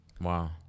Wow